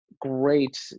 great